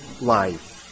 life